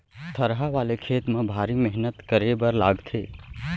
थरहा वाले खेत म भारी मेहनत करे बर लागथे